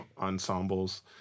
ensembles